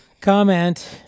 comment